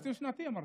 תקציב שנתי, אמרתי.